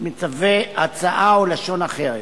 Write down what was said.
מצווה, הצעה או לשון אחרת.